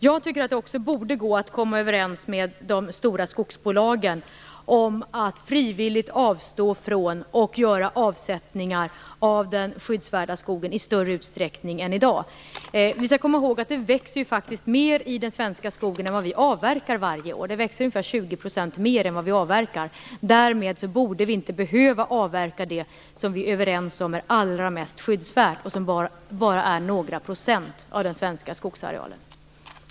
Det borde också gå att komma överens med de stora skogsbolagen om att frivilligt avstå från, och göra avsättning av, den skyddsvärda skogen i större utsträckning än i dag. Vi skall komma ihåg att det växer mer i den svenska skogen än vad vi avverkar varje år. Det växer ungefär 20 % mer än vad vi avverkar. Därmed borde vi inte behöva avverka det som vi är överens om är allra mest skyddsvärt och som bara är några procent av den svenska skogsarealen.